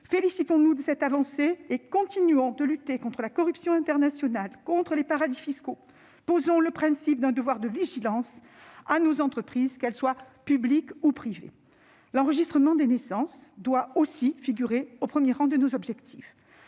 Félicitons-nous de cette avancée et continuons de lutter contre la corruption internationale et les paradis fiscaux. Posons le principe d'un devoir de vigilance à l'égard de nos entreprises, qu'elles soient publiques ou privées. L'enregistrement des naissances doit aussi figurer au premier rang de nos objectifs.